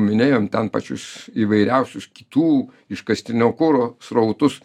minėjom ten pačius įvairiausius kitų iškastinio kuro srautus